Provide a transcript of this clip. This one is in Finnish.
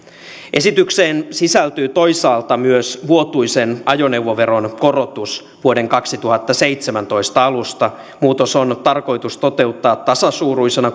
esitykseen sisältyy toisaalta myös vuotuisen ajoneuvoveron korotus vuoden kaksituhattaseitsemäntoista alusta muutos on tarkoitus toteuttaa tasasuuruisena